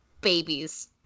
Babies